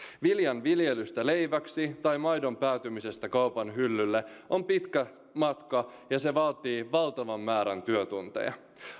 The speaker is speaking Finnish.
viljan viljelystä leiväksi tai maidon päätymisestä kaupan hyllylle on pitkä matka ja se vaatii valtavan määrän työtunteja